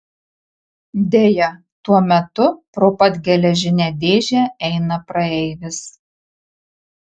deja tuo metu pro pat geležinę dėžę eina praeivis